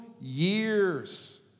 years